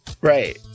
Right